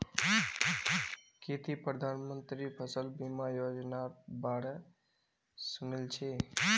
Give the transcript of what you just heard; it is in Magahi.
की ती प्रधानमंत्री फसल बीमा योजनार बा र सुनील छि